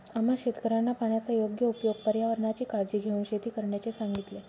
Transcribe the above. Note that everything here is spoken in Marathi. आम्हा शेतकऱ्यांना पाण्याचा योग्य उपयोग, पर्यावरणाची काळजी घेऊन शेती करण्याचे सांगितले